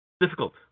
difficult